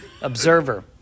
observer